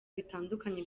bitandukanye